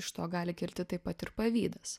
iš to gali kilti taip pat ir pavydas